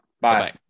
Bye